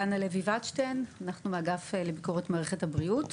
אני מהאגף לביקורת מערכת הבריאות.